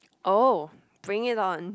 oh bring it on